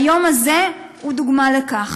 היום הזה הוא דוגמה לכך.